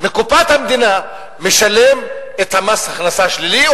מקופת המדינה משלם את מס ההכנסה השלילי,